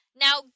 Now